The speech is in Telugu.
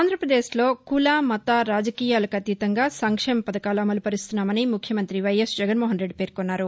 ఆంధ్రాపదేశ్లో కుల మత రాజకీయాలకు అతీతంగా సంక్షేమ పధకాలు అమలు పరుస్తున్నామని ముఖ్యమంతి వైఎస్ జగన్మోహన్రెడ్డి పేర్కొన్నారు